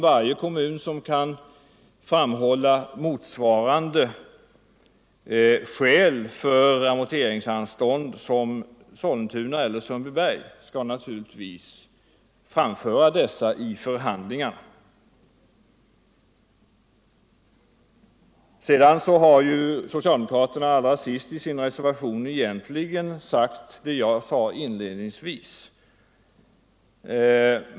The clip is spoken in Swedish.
Varje kommun som kan peka på motsvarande skäl för amorteringsanstånd som Sollentuna eller Sundbyberg skall naturligtvis framföra dessa skäl i förhandlingar. Allra sist i sin reservation har socialdemokraterna egentligen sagt det jag sade inledningsvis.